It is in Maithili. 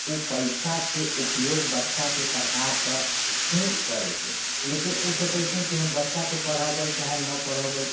ओ पइसाके उपयोग बच्चाके पढ़ाकऽ ही करैके लेकिन ओ सोचै छथिन जे हम बच्चाके पढ़ेबै चाहे नहि पढ़ेबै